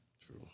True